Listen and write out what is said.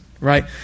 right